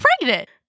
pregnant